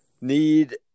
need